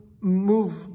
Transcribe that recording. move